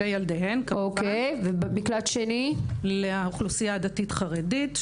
מקלט שני לאוכלוסייה דתית-חרדית,